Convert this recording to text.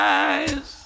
eyes